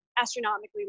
astronomically